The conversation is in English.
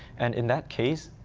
and in that case,